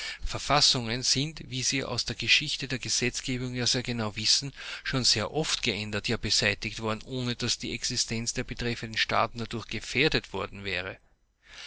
verfassungen sind wie sie aus der geschichte der gesetzgebung ja sehr genau wissen schon sehr oft geändert ja beseitigt worden ohne daß die existenz der betreffenden staaten dadurch gefährdet worden wäre